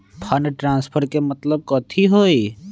Fund transfer के मतलब कथी होई?